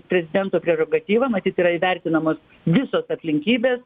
prezidento prerogatyva matyt yra įvertinamos visos aplinkybės